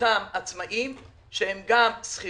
אותם עצמאים שהם גם שכירים,